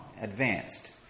advanced